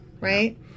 Right